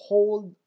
Hold